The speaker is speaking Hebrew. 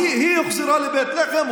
היא הוחזרה לבית לחם,